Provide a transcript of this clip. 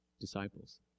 disciples